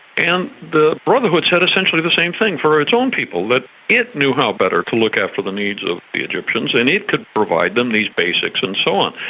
and the brotherhood said essentially the same thing for its own people, that it knew how better to look after the needs of the egyptians and it could provide them these basics and so on.